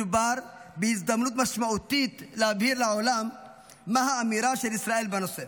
מדובר בהזדמנות משמעותית להבהיר לעולם מה האמירה של ישראל בנושא,